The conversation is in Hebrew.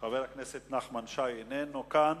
חבר הכנסת נחמן שי איננו כאן,